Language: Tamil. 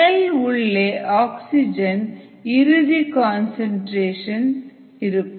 செல் உள்ளே ஆக்சிஜனின் இறுதி கன்சன்ட்ரேஷன் இருக்கும்